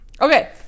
okay